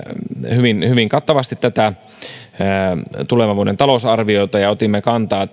hyvin hyvin kattavasti tätä tulevan vuoden talousarviota ja otimme kantaa